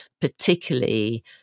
particularly